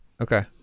Okay